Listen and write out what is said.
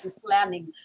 planning